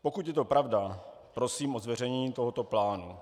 Pokud je to pravda, prosím o zveřejnění tohoto plánu.